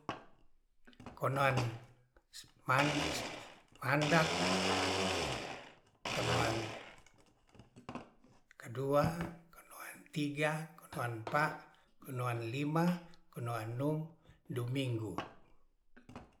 Konoan man mandak konoan dua kanoa tiga konoan empa konoan lima konoan num dominggu